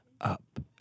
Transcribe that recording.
up